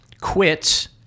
quits